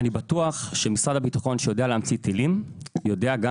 אני בטוח במאה אחוז שמשרד הביטחון שיודע להמציא טילים,